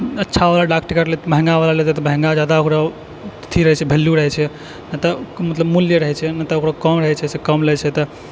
अच्छावला डाक टिकट महगावला डाक टिकट लेतै तऽ महगा जादा ओकरा अथी रहा छै वैल्यू रहै छै आओर तब मतलब मूल्य रहै छै कम रहै छै तऽ कम लै छै तऽ